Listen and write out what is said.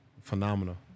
Phenomenal